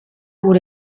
gure